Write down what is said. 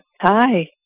Hi